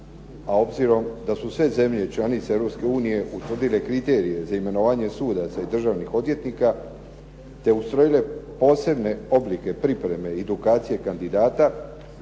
a obzirom da su sve zemlje članice Europske unije utvrdile kriterije za imenovanje sudaca i državnih odvjetnika, te ustrojile posebne odredbe pripreme i edukacije kandidata,